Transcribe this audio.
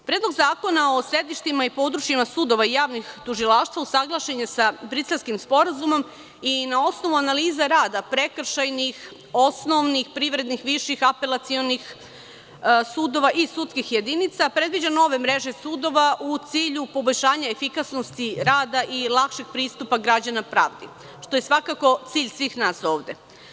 Predlog zakona o sedištima i područjima sudova i javnih tužilaštava usaglašen je sa Briselskim sporazumom, i na osnovu analiza rada prekršajnih, osnovnih, privrednih, viših, apelacionih sudova i sudskih jedinica predviđa nove mreže sudova u cilju poboljšanja efikasnosti rada i lakšeg pristupa građana pravdi, što je svakako cilj svih nas ovde.